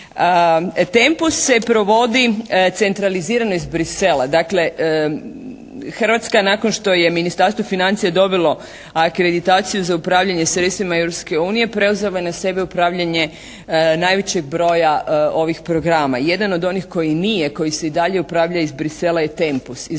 TEMPUS se provodi centralizirano iz Bruxellesa. Dakle Hrvatska nakon što je Ministarstvo financija dobilo akreditaciju za upravljanje sredstvima Europske unije preuzelo je na sebe upravljanje najvećeg broja ovih programa. Jedan od onih koji nije, koji se i dalje upravlja iz Bruxellesa je TEMPUS.